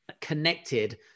connected